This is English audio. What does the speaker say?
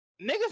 niggas